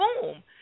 Boom